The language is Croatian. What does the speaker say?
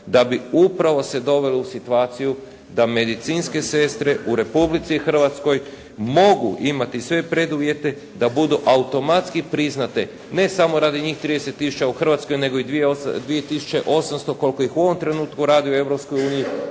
da bi upravo se doveli u situaciju da medicinske sestre u Republici Hrvatskoj mogu imati sve preduvjete da budu automatski priznate ne samo radi njih 30 tisuća u Hrvatskoj nego i 2800 koliko ih u ovom trenutku radi u